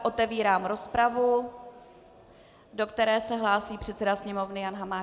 Otevírám rozpravu, do které se hlásí předseda Sněmovny Jan Hamáček.